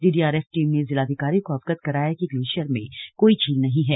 DDRF team ने जिलाधिकारी को अवगत कराया कि ग्लेश्यिर में कोई झील नहीं है